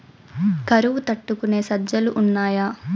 కరువు తట్టుకునే సజ్జలు ఉన్నాయా